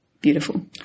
Beautiful